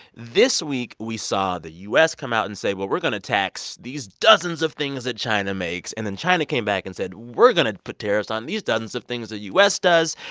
this week, we saw the u s. come out and say, well, we're going to tax these dozens of things that china makes. and then china came back and said, we're going to put tariffs on these dozens of things the u s. does.